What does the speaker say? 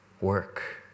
Work